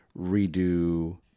redo